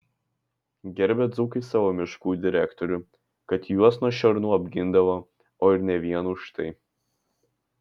gerbė dzūkai savo miškų direktorių kad juos nuo šernų apgindavo o ir ne vien už tai